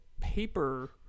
paper